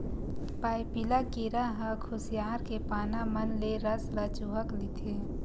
पाइपिला कीरा ह खुसियार के पाना मन ले रस ल चूंहक लेथे